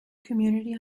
community